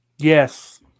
Yes